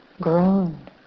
grown